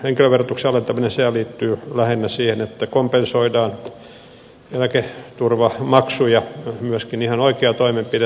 henkilöverotuksen alentaminenhan liittyy lähinnä siihen että kompensoidaan eläketurvamaksuja se on myöskin ihan oikea toimenpide